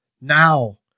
Now